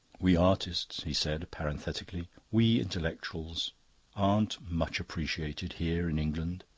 we artists, he said parenthetically, we intellectuals aren't much appreciated here in england.